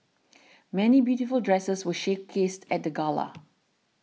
many beautiful dresses were showcased at the gala